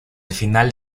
final